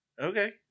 okay